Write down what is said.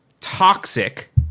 toxic